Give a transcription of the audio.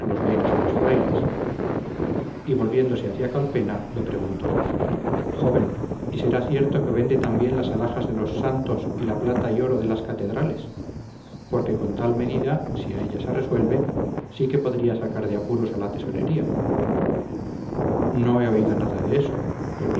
los bienes de los frailes y volviéndose hacia calpena le preguntó joven y será cierto que vende también las alhajas de los santos y la plata y oro de las catedrales porque con tal medida si a ella se resuelve sí que podría sacar de apuros a la tesorería no he oído nada de eso